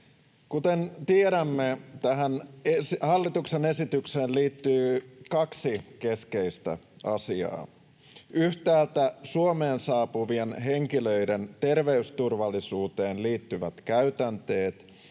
Kuten tiedämme, tähän hallituksen esitykseen liittyy kaksi keskeistä asiaa, yhtäältä Suomeen saapuvien henkilöiden terveysturvallisuuteen liittyvät käytänteet